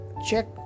Check